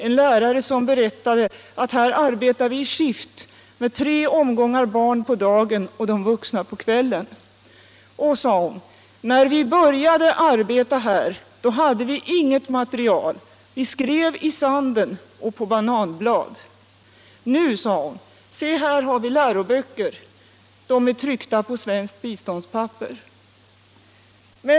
En lärare berättade att de arbetade i skift med tre omgångar barn på dagen och de vuxna på kvällen. När vi började arbeta här, sade hon, hade vi inget material. Vi skrev i sanden och på bananblad. Nu, sade hon, har vi läroböcker. De är tryckta på svenskt biståndspapper.